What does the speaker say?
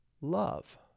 Love